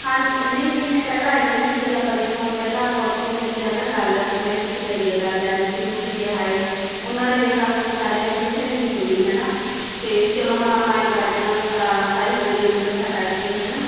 ਹਾ ਹਾਂਜੀ ਨਹੀਂ ਦੀ ਮੈਂ ਪਹਿਲਾਂ ਆਈ ਸੀ ਵੀ ਆਪਾਂ ਦੇਖ ਹੁਣ ਪਹਿਲਾਂ ਆਪਾਂ ਉਥੇ ਕਰੀ ਆ ਨਾ ਗੱਲ ਕਮੇਟੀ ਚ ਕਰੀ ਗੱਲ ਐਮ ਸੀ ਨੂੰ ਵੀ ਕਿਹਾ ਹੈ ਉਹਨਾਂ ਨੇ ਦੇਖ ਆਪਣੀ ਸਾਰਿਆਂ ਨੇ ਕਿਸੇ ਨੇ ਨਹੀਂ ਸੁਣੀ ਹਨਾ ਤੇ ਵੀ ਚਲੋ ਹੁਣ ਆਪਾਂ ਐ ਕਰਦੇ ਆ ਆਪਾਂ ਸਾਰੀ ਗਲੀ ਨੂੰ ਇਕੱਠਾ ਕਰਕੇ ਹਨਾ